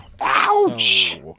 Ouch